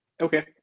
Okay